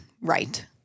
right